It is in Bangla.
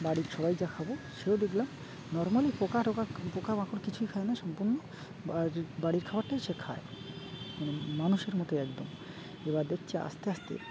বাড়ির সবাই যা খাবো সেও দেখলাম নর্মালি পোকা টোকা পোকা মাকড় কিছুই খায় না সম্পূর্ণ বাড়ির খাবারটাই সে খায় মানে মানুষের মতো একদম এবার দেখছে আস্তে আস্তে